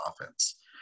offense